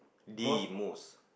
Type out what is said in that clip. the most